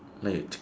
like